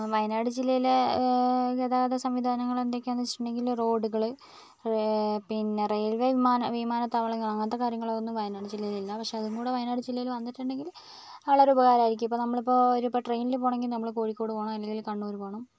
വയനാട് ജില്ലയിലെ ഗതാഗത സംവിധാനങ്ങൾ എന്തൊക്കെയാന്ന് വെച്ചിട്ടുണ്ടെങ്കിൽ റോഡുകൾ പിന്നെ റയിൽവേ വിമാന വിമാനത്താവളങ്ങൾ അങ്ങനത്തെ കാര്യങ്ങളൊന്നും വയനാട് ജില്ലയിൽ ഇല്ല പക്ഷേ അതും കൂടെ വയനാട് ജില്ലയിൽ വന്നിട്ടുണ്ടെങ്കിൽ വളരെ ഉപകാരമായിരിക്കും ഇപ്പോൾ നമ്മളിപ്പോൾ ട്രെയിനിൽ പോകണമെങ്കിൽ നമ്മൾ കോഴിക്കോട് പോകണം അല്ലെങ്കിൽ കണ്ണൂർ പോകണം